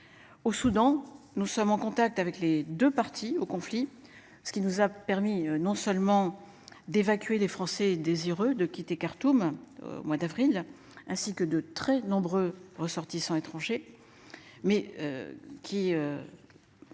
Au Soudan, nous sommes en contact avec les 2 parties au conflit. Ce qui nous a permis non seulement d'évacuer des Français désireux de quitter Khartoum. Au mois d'avril ainsi que de très nombreux ressortissants étrangers. Mais. Qui.